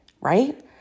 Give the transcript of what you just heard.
right